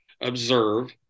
observe